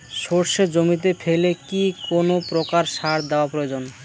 সর্ষে জমিতে ফেলে কি কোন প্রকার সার দেওয়া প্রয়োজন?